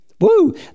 Woo